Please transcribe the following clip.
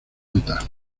mitad